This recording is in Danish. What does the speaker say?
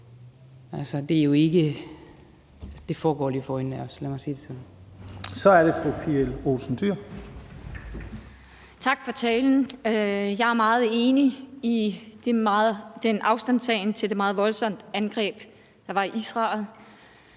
det fru Pia Olsen Dyhr. Kl. 14:38 Pia Olsen Dyhr (SF): Tak for talen. Jeg er meget enig i den afstandtagen til det meget voldsomme angreb, der var i Israel.